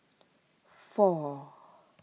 four